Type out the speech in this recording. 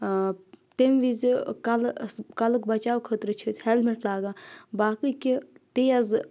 تِمی وِزِ کَلَس کَلُک بَچاوٕ خٲطرٕ چھِ أسۍ ہِیٚلمِٹ لاگان باقٕے کہِ تیٚز